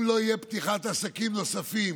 אם לא תהיה פתיחת עסקים נוספים